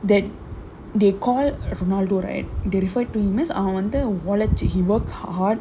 that they call of ronaldo right they refer to him is அவன் வந்து ஒளச்சு:avan vanthu olachu he work hard